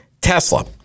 Tesla